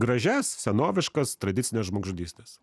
gražias senoviškas tradicines žmogžudystes